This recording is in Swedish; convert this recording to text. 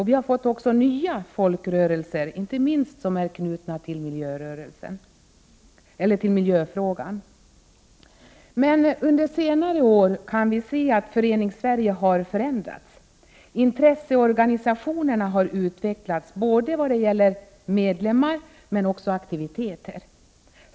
Vi har fått ”nya” folkrörelser, inte minst sådana som är knutna till miljöfrågan. Under senare år har vi kunnat se att Föreningssverige har förändrats. Intresseorganisationerna har utvecklats både i vad det gäller medlemmar och aktiviteter.